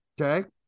Okay